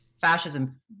fascism